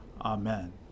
Amen